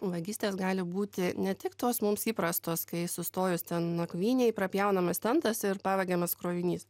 vagystės gali būti ne tik tos mums įprastos kai sustojus nakvynei prapjaunamas tentas ir pavagiamas krovinys